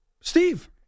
Steve